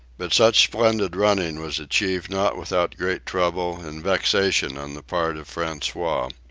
but such splendid running was achieved not without great trouble and vexation on the part of francois.